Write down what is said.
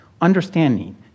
understanding